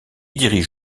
dirige